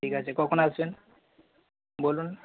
ঠিক আছে কখন আসবেন বলুন